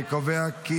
אני קובע כי